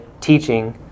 teaching